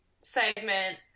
segment